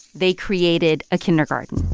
they created a kindergarten.